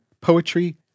poetry